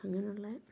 അങ്ങനെയുള്ള